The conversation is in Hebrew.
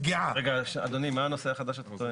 רגע, אדוני, מה הנושא החדש שאתה טוען?